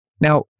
Now